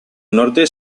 norte